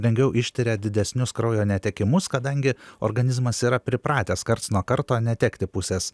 lengviau ištveria didesnius kraujo netekimus kadangi organizmas yra pripratęs karts nuo karto netekti pusės